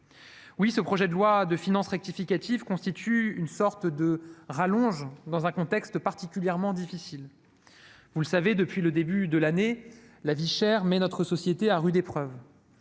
ce projet de loi de finances rectificative constitue une sorte de « rallonge », dans un contexte particulièrement difficile. Vous le savez, depuis le début de l'année, la vie chère met notre société à rude épreuve.